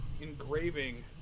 engraving